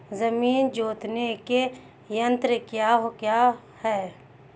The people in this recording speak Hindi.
जमीन जोतने के यंत्र क्या क्या हैं?